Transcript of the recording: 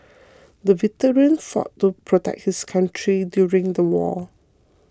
the veteran fought to protect his country during the war